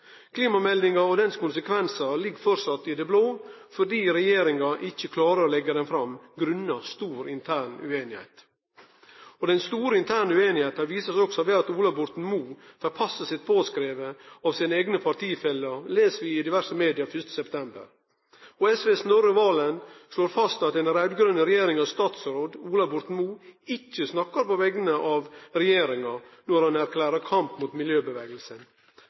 Klimameldinga og konsekvensane av ho er framleis i det blå fordi regjeringa ikkje klarer å leggje ho fram på grunn av stor intern usemje. Den store interne usemja kjem òg fram ved at Ola Borten Moe får passet sitt påskrive av sine eigne partifellar, les vi i diverse media 1. september. Snorre Serigstad Valen frå SV slår fast at den raud-grøne regjeringas statsråd, Ola Borten Moe, ikkje snakkar på vegner av regjeringa når han erklærer kamp mot